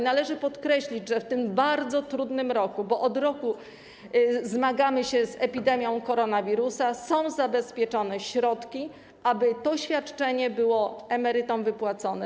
Należy podkreślić, że w tym bardzo trudnym roku, bo od roku zmagamy się z epidemią koronawirusa, są zabezpieczone środki na to, aby to świadczenie było emerytom wypłacone.